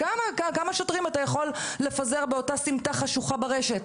כמה שוטרים אתה יכול לפזר באותה סימטה חשוכה ברשת?